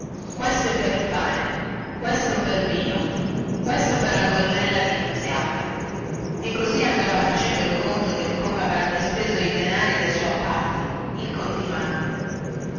questo è per il pane questo pel vino questo per la gonnella di nunziata e così andava facendo il conto del come avrebbe speso i denari del suo appalto il